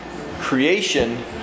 creation